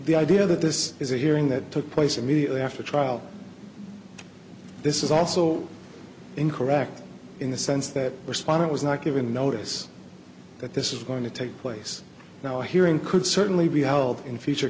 the idea that this is a hearing that took place immediately after trial this is also incorrect in the sense that respondent was not given notice that this is going to take place now a hearing could certainly be held in future